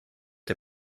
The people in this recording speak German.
der